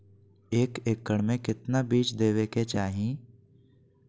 एक एकड़ मे केतना बीज देवे के चाहि?